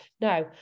No